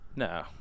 No